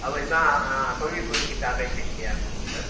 अब इतना कौन कौन किताब चाहिए आपको सर